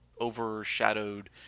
overshadowed